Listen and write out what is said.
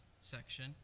section